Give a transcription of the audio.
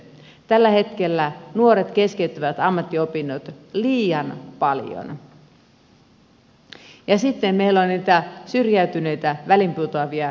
tällä hetkellä nuoret keskeyttävät ammattiopintoja liian paljon ja sitten meillä on näitä syrjäytyneitä väliin putoavia nuoria